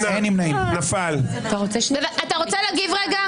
אתה רוצה להגיב רגע?